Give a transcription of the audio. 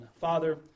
Father